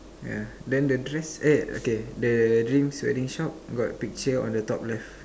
yeah then the dress eh okay the dreams wedding shop got picture on the top left